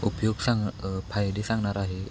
उपयोग सांग फायदे सांगणार आहे